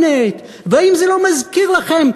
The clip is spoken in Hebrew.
והאם זה לא מזכיר לכם,